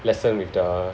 lesson with the